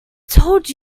told